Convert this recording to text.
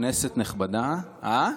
כנסת נכבדה,